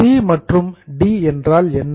C மற்றும் D என்றால் என்ன